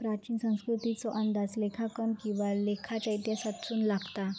प्राचीन संस्कृतीचो अंदाज लेखांकन किंवा लेखाच्या इतिहासातून लागता